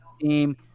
team